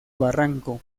barranco